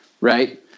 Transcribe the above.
Right